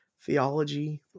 theology